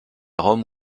rome